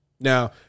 Now